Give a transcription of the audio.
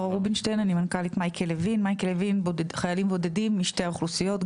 אני מנכ"לית מייקל לוין חיילים בודדים משתי האוכלוסיות,